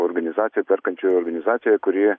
organizacijų perkančių organizacijoj kuri